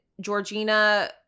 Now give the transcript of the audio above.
Georgina